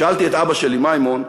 שאלתי את אבא שלי, מימון,